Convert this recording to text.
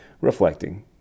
reflecting